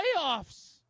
playoffs